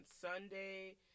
Sunday